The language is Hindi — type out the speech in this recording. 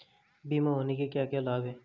बीमा होने के क्या क्या लाभ हैं?